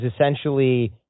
essentially